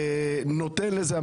אתם מנסים להפוך את הכול?